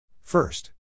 First